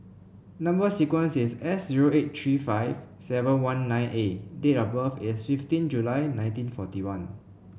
number sequence is S zero eight three five seven one nine A date of birth is fifteen July nineteen forty one